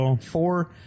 four